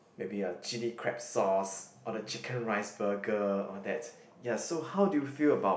maybe uh chilli crab sauce or the chicken rice burger all that ya so how do you feel about